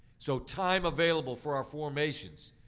so time available for our formations,